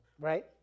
Right